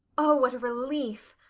oh, what a relief!